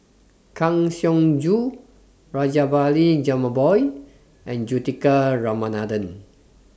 Kang Siong Joo Rajabali Jumabhoy and Juthika Ramanathan